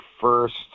first